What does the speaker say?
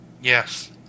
Yes